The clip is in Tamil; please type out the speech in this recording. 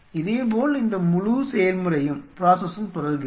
இதேபோல் இந்த முழு செயல்முறையும் தொடர்கிறது